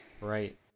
Right